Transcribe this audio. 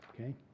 Okay